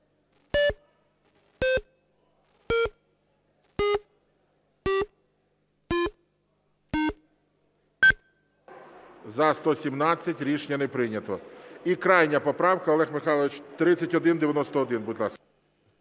За-117 Рішення не прийнято. І крайня поправка, Олег Михайлович, 3191.